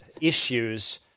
issues